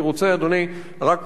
רק להזכיר אותם.